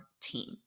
team